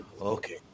Okay